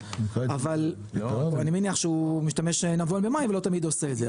אבל אני מניח שהוא משתמש נבון במים ולא תמיד עושה את זה.